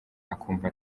akumva